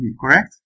correct